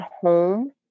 home